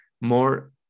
more